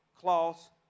cloths